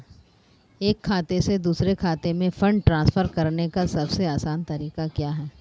एक खाते से दूसरे खाते में फंड ट्रांसफर करने का सबसे आसान तरीका क्या है?